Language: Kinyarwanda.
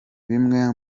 bimwe